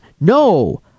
No